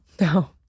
No